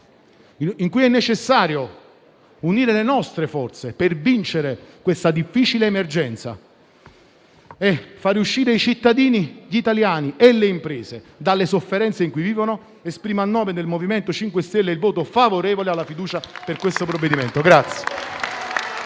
in cui è necessario unire le nostre forze per vincere questa pesante emergenza e far uscire i cittadini italiani e le imprese dalle sofferenze in cui vivono, a nome del MoVimento 5 Stelle esprimo un voto favorevole alla fiducia su questo provvedimento.